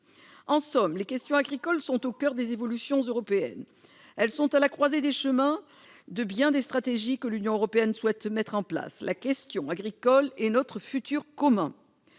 En somme, les questions agricoles sont au coeur des évolutions européennes. Elles sont à la croisée des chemins de bien des stratégies que l'Union européenne souhaite mettre en place. La question agricole est notre futur commun.